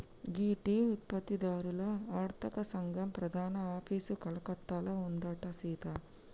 గీ tea ఉత్పత్తి దారుల అర్తక సంగం ప్రధాన ఆఫీసు కలకత్తాలో ఉందంట సీత